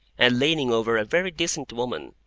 and leaning over a very decent woman,